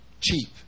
cheap